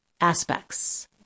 aspects